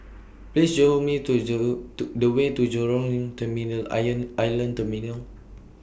Please Show Me to The Way to Jurong Terminal iron Island Terminal